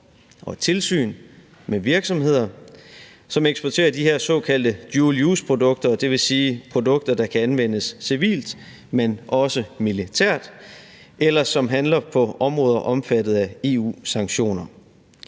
og tilsyn med virksomheder, som eksporterer de her såkaldte dual use-produkter – det vil sige produkter, der kan anvendes civilt, men også militært – eller som handler på områder omfattet af EU-sanktioner.